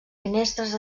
finestres